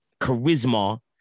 charisma